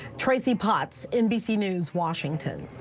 tracie potts nbc news, washington.